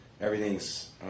everything's